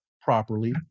properly